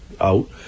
out